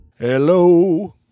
Hello